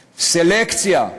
סלקציה.